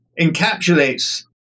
encapsulates